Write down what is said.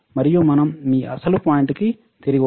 మరియు మనం మీ అసలు పాయింట్కి తిరిగి వస్తాము